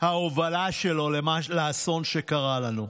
ההובלה שלו לאסון שקרה לנו: